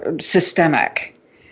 systemic